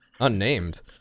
Unnamed